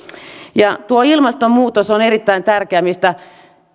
ilmastonmuutos on erittäin tärkeä asia